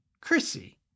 Chrissy